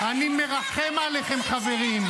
אני מרחם עליכם, חברים.